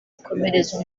gukomereza